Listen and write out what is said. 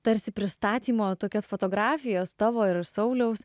tarsi pristatymo tokios fotografijos tavo ir sauliaus